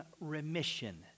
remission